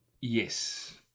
Yes